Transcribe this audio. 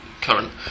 current